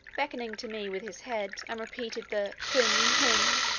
beckoning to me with his head, and repeating the hhuun, hhuun,